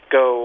go